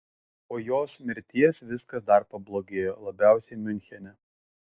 po jos mirties viskas dar pablogėjo labiausiai miunchene